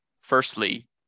firstly